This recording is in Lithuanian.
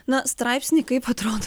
na straipsniai kaip atrodo